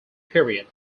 period